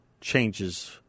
changes